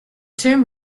term